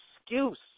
excuse